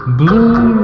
blue